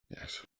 Yes